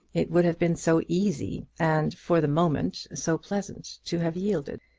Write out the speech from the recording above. it would have been so easy and, for the moment, so pleasant to have yielded.